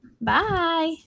Bye